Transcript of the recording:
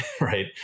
right